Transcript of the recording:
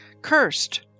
Cursed